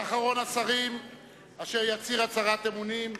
ואחרון השרים אשר יצהיר הצהרת אמונים,